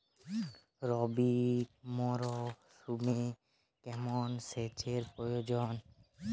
রবি মরশুমে কেমন সেচের প্রয়োজন?